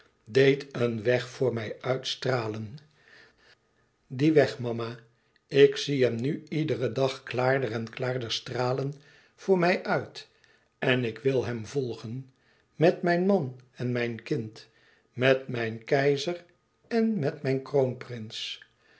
deed een weg voor mij uitstralen dien weg mama ik zie hem nu iederen dag klaarder en klaarder stralen voor mij uit en ik wil hem volgen met mijn man en mijn kind met mijn keizer en met mijn